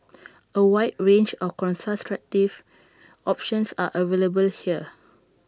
A wide range of contraceptive options are available here